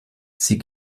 sie